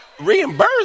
Reimburse